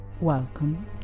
Welcome